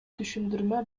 түшүндүрмө